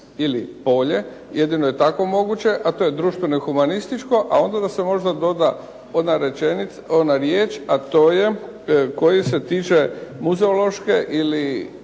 ili polje. Jedino je tako moguće, a to je društveno i humanističko, a onda da se možda doda ona riječ, a to je koji se tiče muzeološke ili